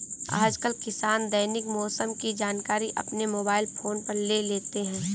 आजकल किसान दैनिक मौसम की जानकारी अपने मोबाइल फोन पर ले लेते हैं